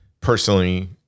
personally